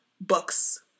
books